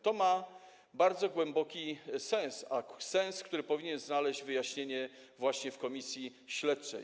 To ma bardzo głęboki sens, sens, który powinien znaleźć wyjaśnienie właśnie w komisji śledczej.